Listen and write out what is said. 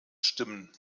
stimmen